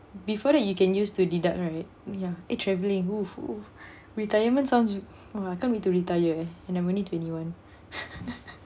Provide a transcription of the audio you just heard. before that you can use to deduct right !yay! eh travelling !woohoo! retirement sounds !wah! I can't wait to retire eh and I'm only twenty one